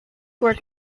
work